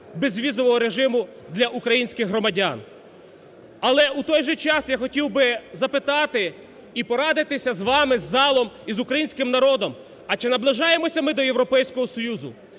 безвізового режиму для українських громадян. Але у той же час я хотів би запитати і порадитися з вами, з залом і з українським народом, а чи наближаємося ми до Європейського Союзу?